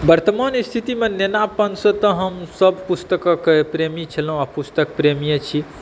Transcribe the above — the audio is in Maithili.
वर्तमान स्थितिमे नेनापनसँ तऽ हमसभ पुस्तकक प्रेमी छलहुँ आ पुस्तक प्रेमिए छी